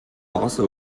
also